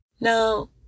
Now